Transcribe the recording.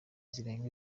zirenga